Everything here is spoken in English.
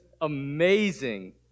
amazing